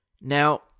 Now